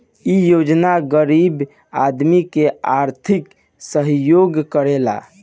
इ योजना गरीब आदमी के आर्थिक सहयोग करेला